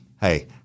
Hey